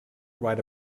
write